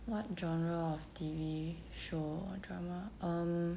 what genre of T_V show or drama um hmm